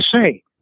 say